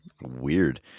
weird